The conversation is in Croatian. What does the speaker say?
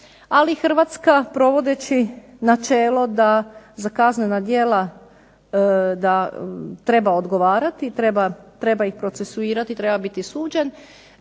Ali Hrvatska provodeći načelo da za kaznena djela treba odgovarati, treba ih procesuirati, treba biti suđen,